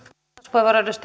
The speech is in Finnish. arvoisa